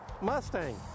Mustang